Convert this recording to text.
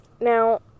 Now